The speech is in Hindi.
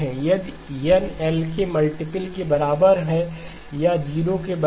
यदि n L के मल्टीप्ल के बराबर है या 0 के बराबर है